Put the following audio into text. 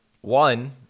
One